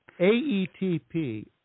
AETP